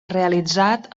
realitzat